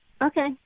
Okay